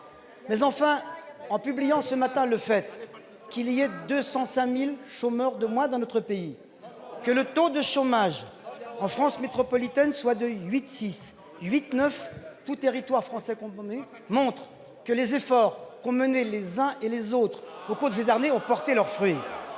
mais enfin en publiant ce matin, le fait qu'il y a 200 ça 1000 chômeurs de moins dans notre pays, que le taux de chômage en France métropolitaine, soit de 8 6, 8, 9 tout territoire français on montre que les efforts qu'ont menée les uns et les autres, beaucoup de ces armées ont porté leurs fruits